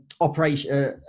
operation